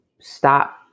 stop